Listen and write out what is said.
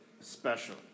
special